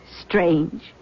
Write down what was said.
Strange